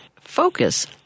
focus